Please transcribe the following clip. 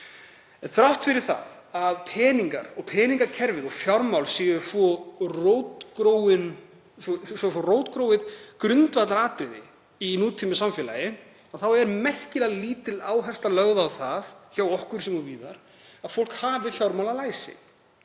þrátt fyrir að peningar og peningakerfið og fjármál séu svo rótgróið grundvallaratriði í nútímasamfélagi er merkilega lítil áhersla lögð á það hjá okkur sem og víðar að fólk sé fjármálalæst.